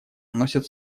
носят